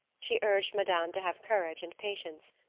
she urged madame to have courage and patience.